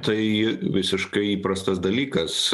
tai visiškai įprastas dalykas